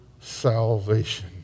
salvation